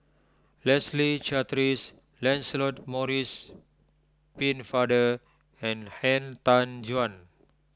Leslie Charteris Lancelot Maurice Pennefather and Han Tan Juan